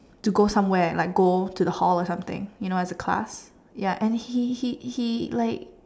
to go somewhere like go to the hall or something you know as a class ya and he he he like